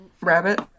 Rabbit